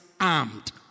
armed